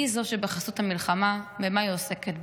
היא, שבחסות המלחמה במה היא עוסקת?